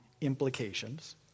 implications